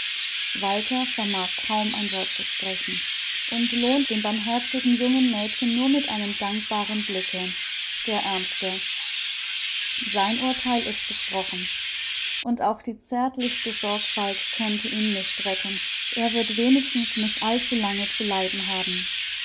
walter vermag kaum ein wort zu sprechen und lohnt dem barmherzigen jungen mädchen nur mit einem dankbaren blicke der aermste sein urtheil ist gesprochen und auch die zärtlichste sorgfalt könnte ihn nicht retten er wird wenigstens nicht allzulange zu leiden haben